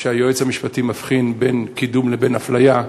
שהיועץ המשפטי מבחין בין קידום לבין אפליה,